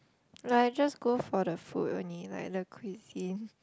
like I just go for the food only like the cuisine